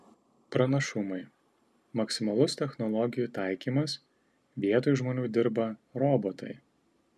pranašumai maksimalus technologijų taikymas vietoj žmonių dirba robotai